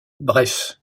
bref